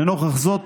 נוכח זאת,